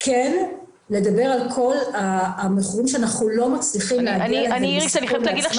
כן לדבר על כל המכורים שאנחנו לא מצליחים להגיע אליהם והם בסיכון לעצמם.